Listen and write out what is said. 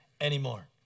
anymore